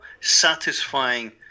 satisfying